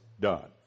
done